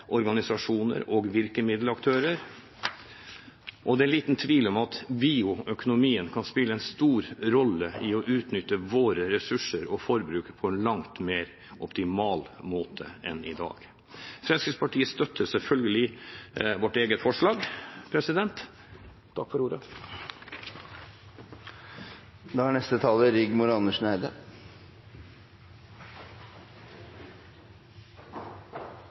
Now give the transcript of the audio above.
organisasjoner og virkemiddelaktører, og det er liten tvil om at bioøkonomien kan spille en stor rolle i å utnytte våre ressurser og vårt forbruk på en langt mer optimal måte enn i dag. Fremskrittspartiet støtter selvfølgelig det forslaget der vi er medforslagsstiller. Jeg vil også gi ros til Rasmus Hansson og Miljøpartiet De Grønne for